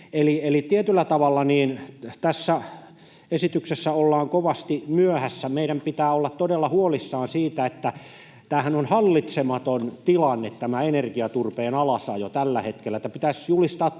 Eli tietyllä tavalla tässä esityksessä ollaan kovasti myöhässä. Meidän pitää olla todella huolissamme siitä, että tämä energiaturpeen alasajohan on hallitsematon tilanne tällä hetkellä.